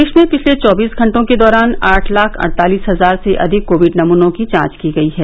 देश में पिछले चौबीस घंटों के दौरान आठ लाख अड़तालिस हजार से अधिक कोविड नमूनों की जांच की गई है